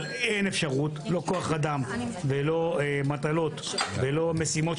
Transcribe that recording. אבל אין אפשרות, לא כוח אדם, לא מטלות ולא משימות.